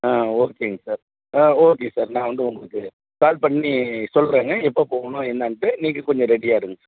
ஆ ஓகேங்க சார் ஆ okay sir நான் வந்து உங்களுக்கு கால் பண்ணி சொல்கிறேங்க எப்போ போகணும் என்னான்ட்டு நீங்கள் கொஞ்சம் ரெடியா இருங்கள் சார்